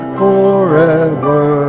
forever